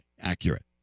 accurate